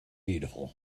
beautiful